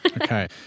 okay